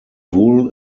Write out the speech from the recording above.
wool